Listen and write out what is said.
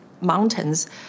mountains